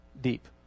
deep